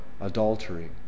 adultery